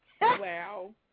Wow